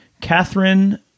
Catherine